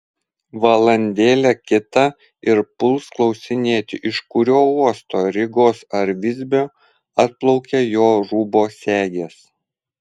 valandėlė kita ir puls klausinėti iš kurio uosto rygos ar visbio atplaukė jo rūbo segės